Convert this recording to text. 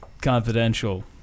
confidential